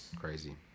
Crazy